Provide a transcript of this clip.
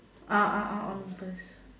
ah ah ah Olympus